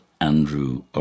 Andrew